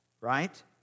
right